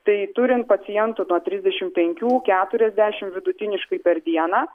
tai turim pacientų nuo trisdešim penkių keturiasdešim vidutiniškai per dieną